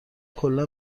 کلا